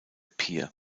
pier